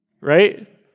right